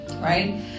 Right